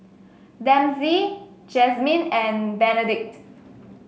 Dempsey Jazmin and Benedict